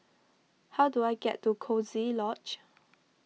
how do I get to Coziee Lodge